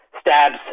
stabs